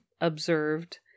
observed